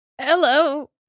hello